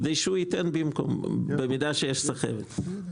בלי שהוא ייתן במקום במידה ויש צרכים.